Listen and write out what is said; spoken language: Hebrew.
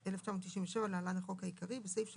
התשנ"ז-1997 (להלן החוק העיקרי), בסעיף 3א,